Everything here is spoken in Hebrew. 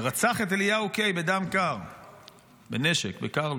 ורצח את אליהו קיי בדם קר בנשק, בקרלו.